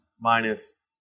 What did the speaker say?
minus